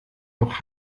noch